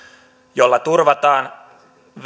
jolla turvataan